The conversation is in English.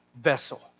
vessel